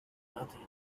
nothing